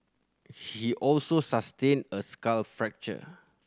he also sustained a skull fracture